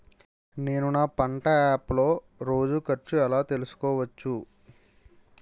నేను నా పంట యాప్ లో రోజు ఖర్చు ఎలా తెల్సుకోవచ్చు?